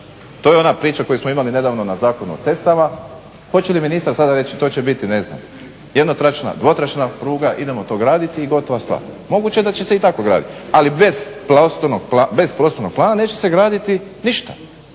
to je ona priča koju smo imali nedavno na Zakonu o cestama, hoće li ministar sada reći to će biti ne znam jednotračna, dvotračna pruga idemo to graditi i gotova stvar. Moguće je da će se i tako graditi, ali bez prostornog plana neće se graditi ništa.